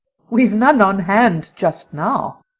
we've none on hand just now.